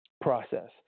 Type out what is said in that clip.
process